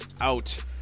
out